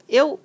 eu